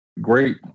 Great